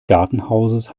gartenhauses